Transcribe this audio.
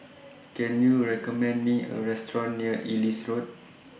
Can YOU recommend Me A Restaurant near Ellis Road